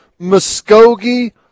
Muskogee